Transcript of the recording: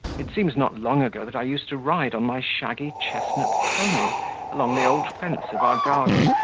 it seems not long ago that i used to ride on my shaggy chestnut pony along the old fence of our garden,